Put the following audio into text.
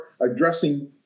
addressing